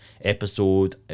episode